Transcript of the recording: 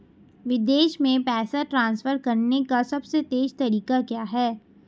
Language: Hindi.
विदेश में पैसा ट्रांसफर करने का सबसे तेज़ तरीका क्या है?